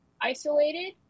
isolated